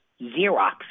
Xerox